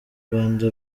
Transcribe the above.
rwanda